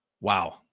Wow